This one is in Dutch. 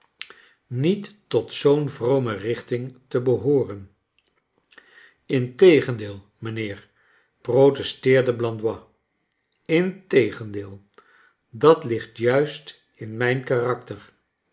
niet tot zoo'n vrome richting te behooren integendeel mijnheer protesteerde blandois integendeel dat ligt juist in mijn karakter